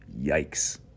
Yikes